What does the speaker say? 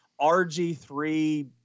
rg3